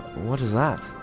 what is that?